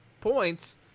points